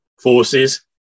forces